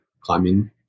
climbing